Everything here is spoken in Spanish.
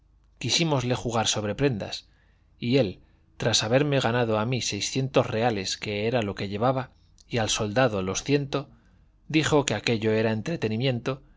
pelarnos quisímosle jugar sobre prendas y él tras haberme ganado a mí seiscientos reales que era lo que llevaba y al soldado los ciento dijo que aquello era entretenimiento